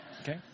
Okay